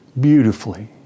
beautifully